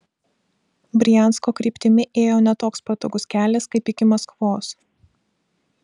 briansko kryptimi ėjo ne toks patogus kelias kaip iki maskvos